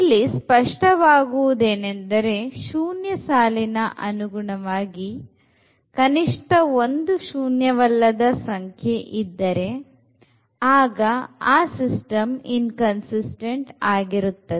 ಇಲ್ಲಿ ಸ್ಪಷ್ಟವಾಗುವುದೆಂದರೆ ಶೂನ್ಯ ಸಾಲಿನ ಅನುಗುಣವಾಗಿ ಕನಿಷ್ಠ ಒಂದು ಶೂನ್ಯವಲ್ಲದ ಸಂಖ್ಯೆ ಇದ್ದಾರೆ ಆಗ ಆ ಸಿಸ್ಟಮ್ ಇನ್ಕನ್ಸಿಸ್ಟ್೦ಟ್ ಆಗಿರುತ್ತದೆ